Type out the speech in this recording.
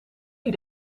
die